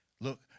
Look